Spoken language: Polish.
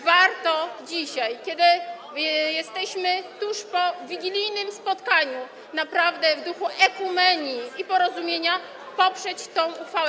Warto dzisiaj, kiedy jesteśmy tuż po wigilijnym spotkaniu, naprawdę w duchu ekumenii i porozumienia poprzeć tę uchwałę.